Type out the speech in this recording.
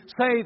say